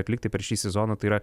atlikti per šį sezoną tai yra